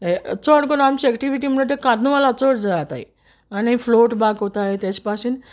चोड कोरून आमचे एक्टिविटी म्हुणटा त्यो कार्नवालाचो चोड जाताय आनी फ्लोट बा कोतताय तेशे बाशेन